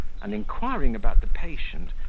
and, inquiring about the patient,